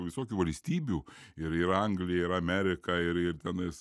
visokių valstybių ir ir anglija ir amerika ir ir tenais